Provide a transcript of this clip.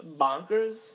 bonkers